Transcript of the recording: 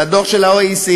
לדוח של ה-OECD.